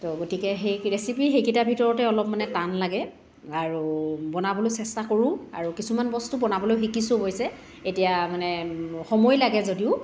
ত' গতিকে সেই ৰেচিপি সেইকেইটা ভিতৰতে মানে অলপ টান লাগে আৰু বনাবলৈ চেষ্টা কৰো আৰু কিছুমান বস্তু বনাবলৈও শিকিছো অৱশ্যে এতিয়া মানে সময় লাগে যদিও